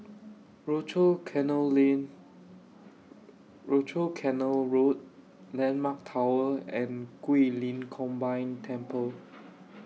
Rochor Canal Road Landmark Tower and Guilin Combined Temple